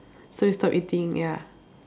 so we stop eating ya